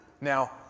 Now